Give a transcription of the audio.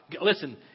Listen